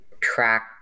track